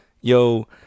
yo